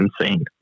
insane